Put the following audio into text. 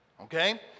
okay